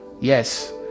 Yes